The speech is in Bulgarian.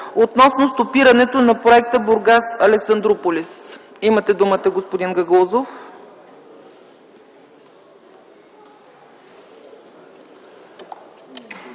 относно стопирането на проекта „Бургас – Александруполис”. Имате думата, господин Гагаузов.